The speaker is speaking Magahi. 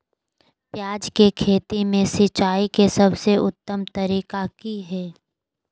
प्याज के खेती में सिंचाई के सबसे उत्तम तरीका की है?